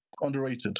underrated